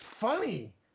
funny